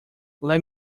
let